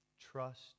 trust